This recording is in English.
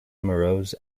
morose